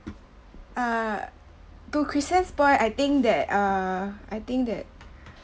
uh to Kristen's point I think that uh I think that